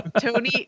Tony